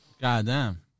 Goddamn